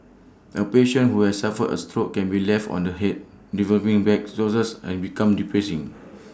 A patient who has suffered A stroke can be left on the Head developing bed sources and become depressing